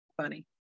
funny